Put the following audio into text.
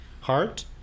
heart